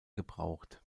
gebraucht